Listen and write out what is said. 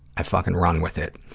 i fucking run with it.